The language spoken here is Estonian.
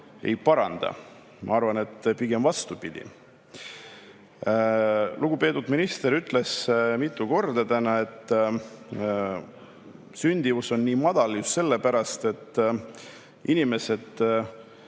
ei paranda. Ma arvan, et pigem vastupidi. Lugupeetud minister ütles mitu korda täna, et sündimus on nii madal just sellepärast, et inimesed